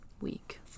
week